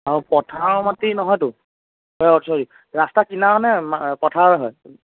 অঁ পথাৰৰ মাটি নহয়তো অঁ চৰি ৰাস্তা কিনাৰনে পথাৰৰ হয়